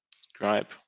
subscribe